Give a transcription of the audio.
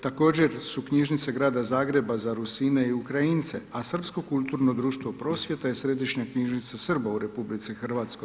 Također su knjižnice Grada Zagreba za Rusine i Ukrajince a Srpsko kulturno društvo Prosvjeta je središnja knjižnica Srba u RH.